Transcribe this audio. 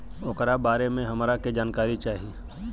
ओकरा बारे मे हमरा के जानकारी चाही?